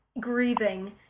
grieving